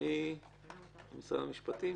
משרד המשפטים.